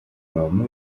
равно